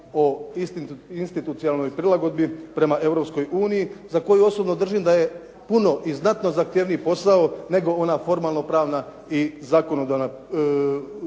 o institucionalnoj prilagodbi prema Europskoj uniji za koju osobno držim da je puno i znatno zahtjevniji posao nego ona formalno pravna i zakonodavna